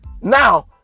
Now